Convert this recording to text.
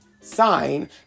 sign